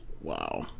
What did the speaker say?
Wow